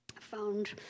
found